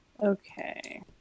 Okay